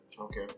okay